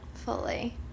Fully